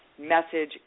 message